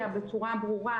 בדרום.